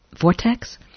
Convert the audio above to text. Vortex